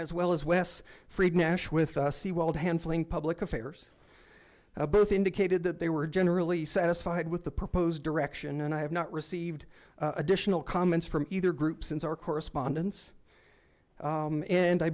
as well as wes fried nash with the wild handling public affairs and both indicated that they were generally satisfied with the proposed direction and i have not received additional comments from either group since our correspondence and i